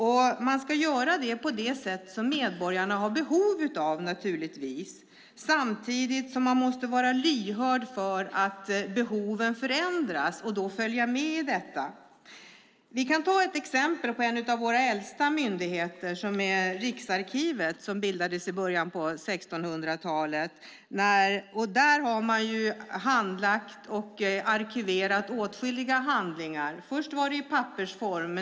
De ska göra det på det sätt som medborgarna har behov av samtidigt som de ska vara lyhörda för att behoven förändras och då följa med i detta. Vi kan ta ett exempel. En av våra äldsta myndigheter är Riksarkivet som bildades i början av 1600-talet. Där har man handlagt och arkiverat åtskilliga handlingar. Först var det i pappersform.